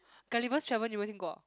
Gulliver's-Travel 有们听过